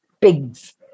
pigs